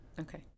Okay